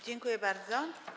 Dziękuję bardzo.